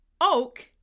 Oak